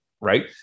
right